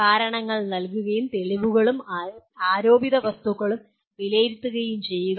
കാരണങ്ങൾ നൽകുകയും തെളിവുകളും ആരോപിത വസ്തുതകളും വിലയിരുത്തുകയും ചെയ്യുക